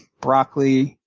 broccoli,